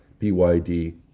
BYD